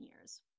years